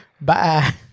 Bye